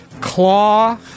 Claw